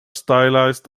stylized